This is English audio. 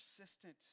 persistent